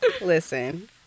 Listen